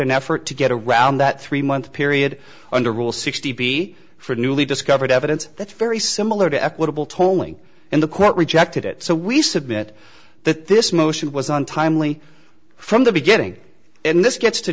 an effort to get around that three month period under rule sixty for newly discovered evidence that's very similar to equitable tolling and the court rejected it so we submit that this motion was untimely from the beginning and this gets to